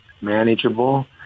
manageable